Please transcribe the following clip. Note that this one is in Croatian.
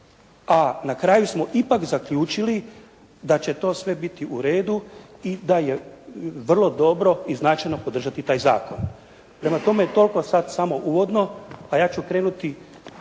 a na kraju smo ipak zaključili da će to sve biti uredu i da je vrlo dobro i značajno podržati taj zakon. Prema tome, toliko sada samo uvodno, a ja ću krenuti,